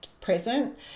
present